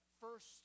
first